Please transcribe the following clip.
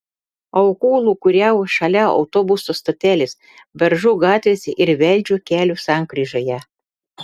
aukų lūkuriavo šalia autobusų stotelės beržų gatvės ir velžio kelio sankryžoje